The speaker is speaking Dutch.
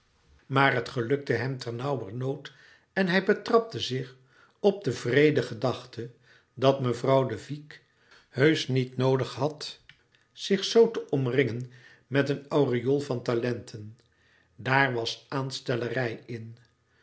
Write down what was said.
maar het gelukte hem ternauwernood en hij betrapte zich op de wreede gedachte dat mevrouw de vicq heusch niet noodig had zich zoo te omringen met een aureool van talenten daar was aanstellerij in